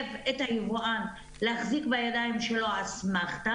מחייב את היבואן להחזיק בידיו אסמכתא,